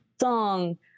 song